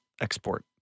export